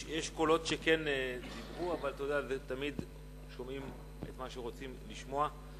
יש קולות שכן דיברו אבל תמיד שומעים את מה שרוצים לשמוע.